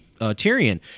Tyrion